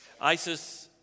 Isis